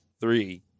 three